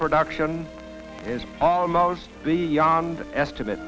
production is almost beyond estimate